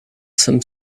some